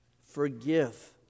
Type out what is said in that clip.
forgive